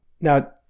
Now